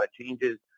changes